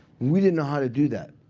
we didn't know how to do that.